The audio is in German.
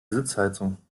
sitzheizung